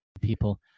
people